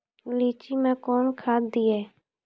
लीची मैं कौन खाद दिए?